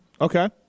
Okay